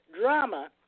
drama